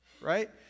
right